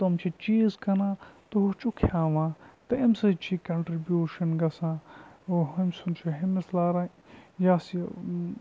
تم چھِ چیٖز کٕنان تہٕ ہُہ چھُکھ کھیٛاوان تہٕ اَمہِ سۭتۍ چھِ کَنٹرٛبیوٗشَن گژھان گوٚو ہُمۍ سُنٛد چھُ ہیٚمِس لاران یَس یہِ